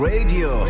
Radio